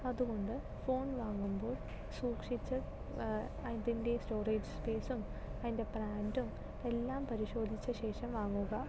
അതുകൊണ്ട് ഫോൺ വാങ്ങുമ്പോൾ സൂക്ഷിച്ച് അതിന്റെ സ്റ്റോറേജ് സ്പൈസും അതിന്റെ ബ്രാൻഡും എല്ലാം പരിശോധിച്ച ശേഷം വാങ്ങുക